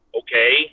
okay